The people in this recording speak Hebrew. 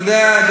רבותי.